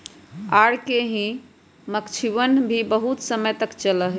R K की मक्षिणवन भी बहुत समय तक चल जाहई